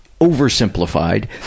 oversimplified